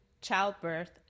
childbirth